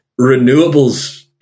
renewables